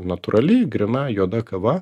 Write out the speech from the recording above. natūrali gryna juoda kava